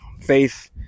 faith